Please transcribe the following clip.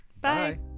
Bye